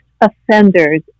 offenders